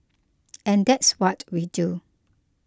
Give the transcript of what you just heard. and that's what we do